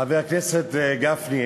חבר הכנסת גפני,